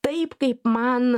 taip kaip man